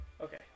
Okay